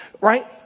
Right